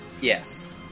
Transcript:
Yes